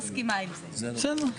המדע והטכנולוגיה אורית פרקש הכהן: יואב,